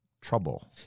trouble